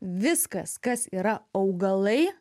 viskas kas yra augalai